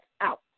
out